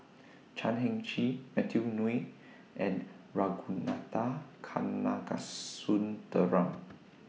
Chan Heng Chee Matthew Ngui and Ragunathar Kanagasuntheram